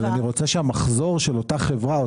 אבל אני רוצה שהמחזור של אותה חברה,